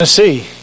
Tennessee